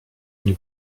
nie